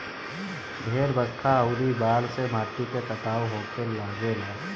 ढेर बरखा अउरी बाढ़ से माटी के कटाव होखे लागेला